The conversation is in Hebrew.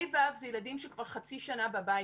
תלמידי כיתות ה'-ו' אלה ילדים שכבר חצי שנה בבית.